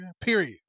Period